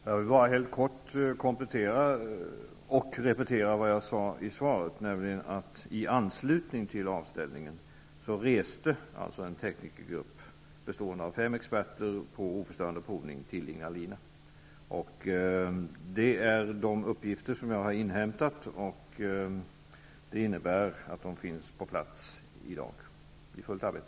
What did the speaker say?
Herr talman! Jag vill bara helt kort repetera vad jag sade i svaret, nämligen att i anslutning till avställningen reste en teknikergrupp bestående av fem experter på oförstörande provning till Ignalina. Det är de uppgifter som jag har inhämtat. Det innebär att de i dag finns på plats och är i fullt arbete.